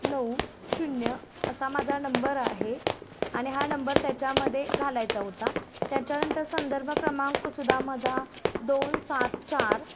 नऊ शून्य असा माझा नंबर आहे आणि हा नंबर त्याच्यामध्ये घालायचा होता त्याच्यानंतर संदर्भ क्रमांकसुद्धा माझा दोन सात चार